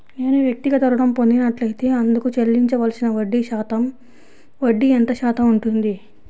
నేను వ్యక్తిగత ఋణం పొందినట్లైతే అందుకు చెల్లించవలసిన వడ్డీ ఎంత శాతం ఉంటుంది?